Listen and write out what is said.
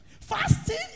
Fasting